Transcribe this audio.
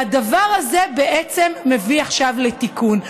והדבר הזה בעצם מביא עכשיו תיקון.